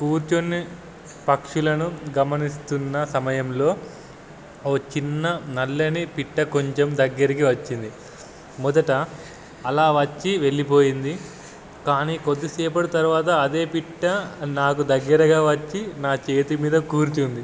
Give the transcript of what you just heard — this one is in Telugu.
కూర్చొని పక్షులను గమనిస్తున్న సమయంలో ఒక చిన్న నల్లని పిట్ట కొంచెం దగ్గరికి వచ్చింది మొదట అలా వచ్చి వెళ్ళిపోయింది కానీ కొద్దిసేపటి తర్వాత అదే పిట్ట నాకు దగ్గరగా వచ్చి నా చేతి మీద కూర్చొంది